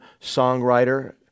songwriter